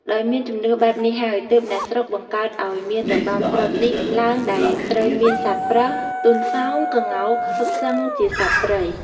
ដោយមានជំនឿបែបនេះហើយ ទើបអ្នកស្រុកបង្កើតអោយមានរបាំត្រុដិនេះឡើងដែលត្រូវមានសត្វប្រើស ទន្សោង ក្ងោក សុទ្ធសឹងជាសត្វព្រៃ។